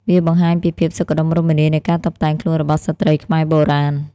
វាបង្ហាញពីភាពសុខដុមរមនានៃការតុបតែងខ្លួនរបស់ស្ត្រីខ្មែរបុរាណ។